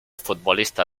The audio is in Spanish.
futbolista